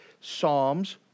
Psalms